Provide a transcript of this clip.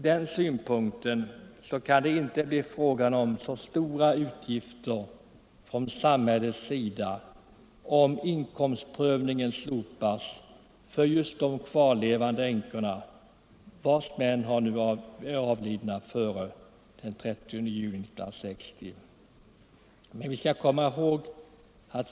Därför kan det inte bli fråga om så stora utgifter för samhället, om inkomstprövningen slopas för kvinnor vilkas män avlidit före den 30 juni 1960.